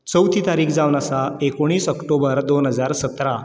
चवथी तारीख जावन आसा एकोणीस अक्टोबर दोन हजार सतरा